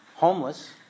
Homeless